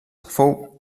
fou